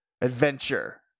adventure